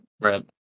Right